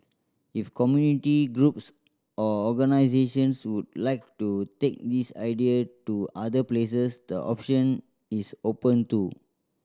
if community groups or organisations would like to take this idea to other places the option is open too